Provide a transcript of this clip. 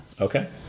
okay